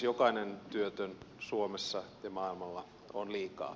jokainen työtön suomessa ja maailmalla on liikaa